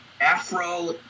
Afro